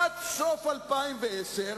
בעד הדבר המשונה הזה,